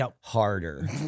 harder